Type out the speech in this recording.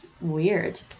weird